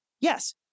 yes